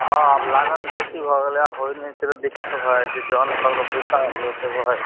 हँ आब लागत बेसी भऽ गेलइए होइ नहि छै तऽ दिक्कत भऽ जाइ छै जन सबके पैसा बहुते भऽ जाइ छै